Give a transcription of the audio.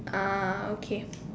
ah okay